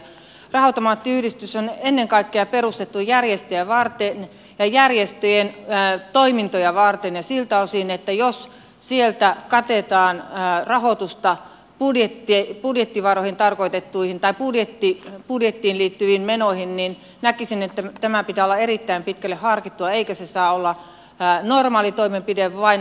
raha automaattiyhdistys on ennen kaikkea perustettu järjestöjä varten ja järjestöjen toimintoja varten ja siltä osin jos sieltä katetaan rahoitusta budjettivaroihin tarkoitettuihin tai budjettiin liittyviin menoihin näkisin että tämän pitää olla erittäin pitkälle harkittua eikä se saa olla normaali toimenpide vain väliaikainen